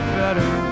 better